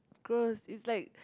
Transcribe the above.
gross is like